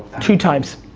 two times.